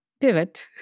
pivot